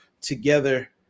together